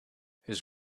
his